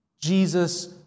Jesus